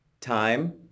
time